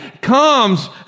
comes